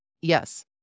Yes